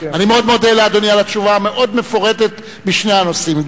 אני מאוד מודה לאדוני על התשובה המאוד מפורטת בשני הנושאים,